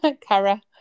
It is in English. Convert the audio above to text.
Kara